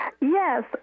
Yes